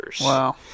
Wow